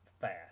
fast